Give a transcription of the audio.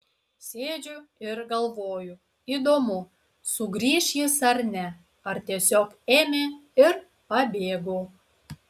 sėdžiu ir galvoju įdomu sugrįš jis ar ne ar tiesiog ėmė ir pabėgo